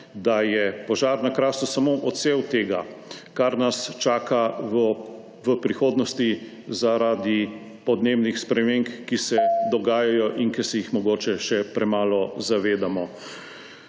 da je požar na Krasu samo odsev tega, kar nas čaka v prihodnosti zaradi podnebnih sprememb, ki se dogajajo in ki se jih mogoče še premalo zavedamo.